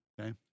Okay